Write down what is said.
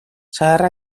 zahar